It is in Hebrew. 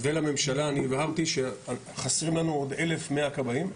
ולממשלה אני הבהרתי שחסרים לנו עוד אלף מאה כבאים,